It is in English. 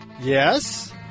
Yes